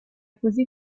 così